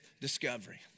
discovery